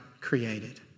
created